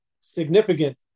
significant